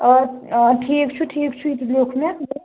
آ آ ٹھیٖک چھُ ٹھیٖک چھُ یہِ تہِ لیوٚکھ مےٚ